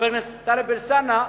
חבר הכנסת טלב אלסאנע,